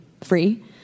free